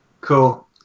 Cool